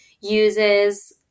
uses